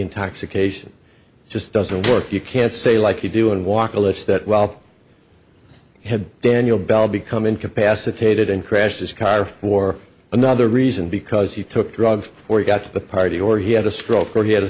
intoxication just doesn't work you can't say like you do and walk a list that well had daniel bell become incapacitated and crashed his car for another reason because he took drugs before you got to the party or he had a stroke or he had a